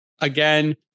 Again